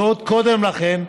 ועוד קודם לכן,